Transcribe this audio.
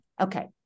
Okay